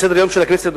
בסדר-היום של הכנסת,